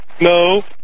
No